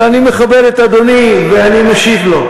אבל אני מכבד את אדוני ואני משיב לו.